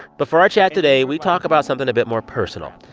but for our chat today, we talk about something a bit more personal.